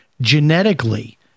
genetically